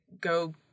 go